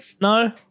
no